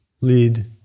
lead